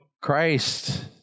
Christ